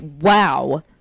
wow